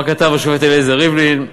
מה כתב השופט אליעזר ריבלין.